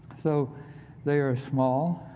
so they are small,